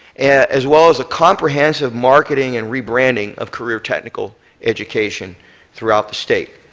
as well as a comprehensive marketing and rebranding of career technical education throughout the state.